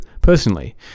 personally